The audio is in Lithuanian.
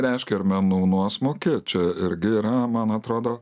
reiškia ir menų nuosmukį čia irgi yra man atrodo